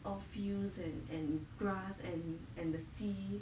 all fields and and grass and and the sea